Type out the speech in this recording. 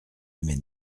mais